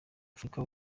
afurika